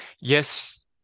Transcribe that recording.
yes